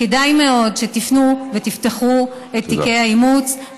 כדאי מאוד שתפנו ותפתחו את תיקי האימוץ,